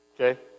Okay